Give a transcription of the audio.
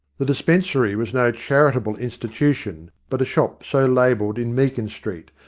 the dispensary was no charitable institution, but a shop so labelled in meakin street,